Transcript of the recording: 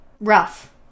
rough